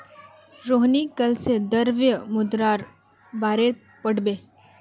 रोहिणी काल से द्रव्य मुद्रार बारेत पढ़बे